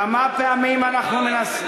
כמה פעמים אנחנו,